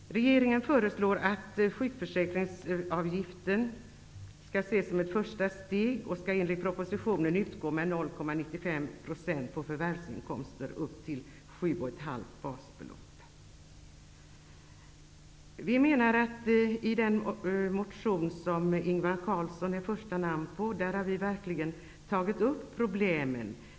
Regeringen föreslår att sjukförsäkringsavgiften skall ses som ett första steg mot en ny försäkringsmodell. Enligt propositionen skall den här avgiften utgå med 0,95 % på förvärvsinkomster upp till 7,5 basbelopp. I den motion från oss socialdemokrater som har Ingvar Carlsson som första namn tar vi verkligen upp problemen.